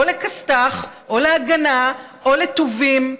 או לכסת"ח או להגנה או לטובים,